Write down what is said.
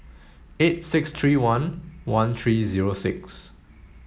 eight six three one one three zero six